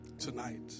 Tonight